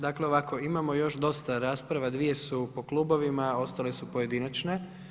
Dakle ovako, imamo još dosta rasprava, dvije su po klubovima a ostale su pojedinačne.